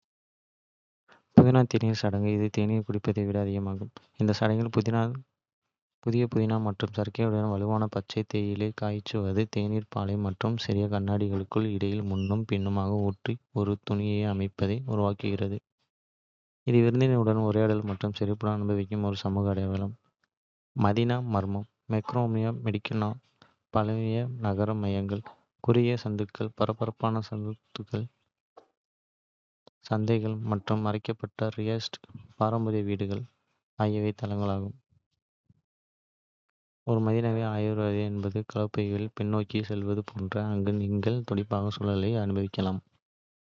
புதினா தேநீர் சடங்கு, இது தேநீர் குடிப்பதை விட அதிகம், இது விருந்தோம்பல் மற்றும் நட்பின் அடையாளம். இந்த சடங்கில் புதிய புதினா மற்றும் சர்க்கரையுடன் வலுவான பச்சை தேயிலை காய்ச்சுவது, தேநீர் பானை மற்றும் சிறிய கண்ணாடிகளுக்கு இடையில் முன்னும் பின்னுமாக ஊற்றி ஒரு நுரை அமைப்பை. உருவாக்குகிறது. இது விருந்தினர்களுடன் உரையாடல் மற்றும் சிரிப்புடன் அனுபவிக்கும் ஒரு சமூக அனுபவம். மதீனா மர்மம் மொராக்கோவின் மெடினாக்கள், பழைய நகர மையங்கள் குறுகிய சந்துகள், பரபரப்பான சூக்குகள் சந்தைகள் மற்றும் மறைக்கப்பட்ட ரியாட்ஸ் பாரம்பரிய வீடுகள் ஆகியவற்றின் தளம். ஒரு மதீனாவை ஆராய்வது என்பது காலப்போக்கில் பின்னோக்கிச் செல்வது போன்றது, அங்கு நீங்கள் துடிப்பான சூழ்நிலையை அனுபவிக்கலாம், வேலையில் கைவினைஞர்களை சந்திக்கலாம் மற்றும். மறைக்கப்பட்ட பொக்கிஷங்களைக் கண்டறியலாம்.